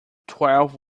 twelve